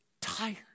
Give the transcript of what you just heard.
tired